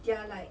they are like